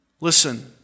Listen